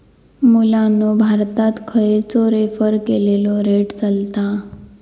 मुलांनो भारतात खयचो रेफर केलेलो रेट चलता?